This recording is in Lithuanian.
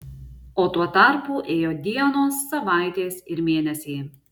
o tuo tarpu ėjo dienos savaitės ir mėnesiai